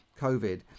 covid